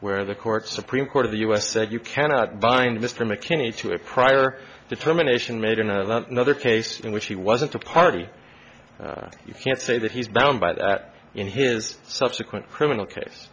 where the court supreme court of the u s said you cannot bind mr mckinney to a prior determination made in another case in which he wasn't a party you can't say that he's bound by that in his subsequent criminal case